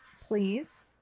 please